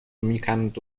میکند